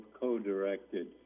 co-directed